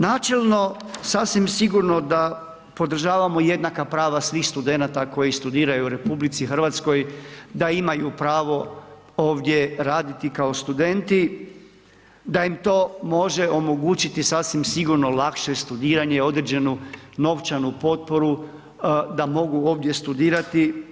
Načelno, sasvim sigurno da podržavamo jednaka prava svih studenata koji studiraju u RH, da imaju pravo ovdje raditi kao studenti, da im to može omogućiti, sasvim sigurno, lakše studiranje, određenu novčanu potporu da mogu ovdje studirati.